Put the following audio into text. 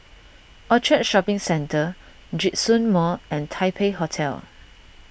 Orchard Shopping Centre Djitsun Mall and Taipei Hotel